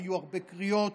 היו הרבה קריאות.